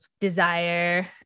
desire